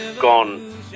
gone